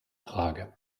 frage